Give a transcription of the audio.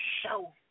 show